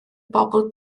bobl